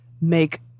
make